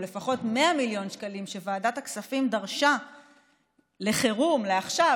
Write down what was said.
או לפחות 100 מיליון שקלים שוועדת הכספים דרשה לחירום לעכשיו,